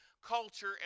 culture